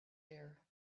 ear